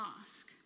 ask